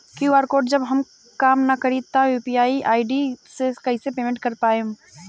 QR code जब काम ना करी त यू.पी.आई आई.डी से कइसे पेमेंट कर पाएम?